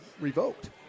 revoked